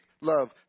love